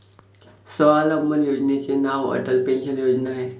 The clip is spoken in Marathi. स्वावलंबन योजनेचे नाव अटल पेन्शन योजना आहे